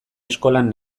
eskolan